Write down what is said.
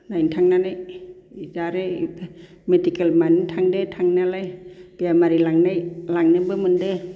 नायनो थांनानै बिदिनो आरो मेडिकेल मानि थांदों थांनायालाय बेमारि लांनाय लांनोबो मोन्दों